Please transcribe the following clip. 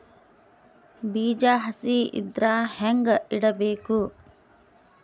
ಬೀಜ ಹಸಿ ಇದ್ರ ಹ್ಯಾಂಗ್ ಇಡಬೇಕು?